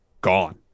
gone